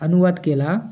अनुवाद केला